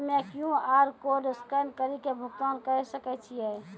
हम्मय QR code scan कड़ी के भुगतान करें सकय छियै?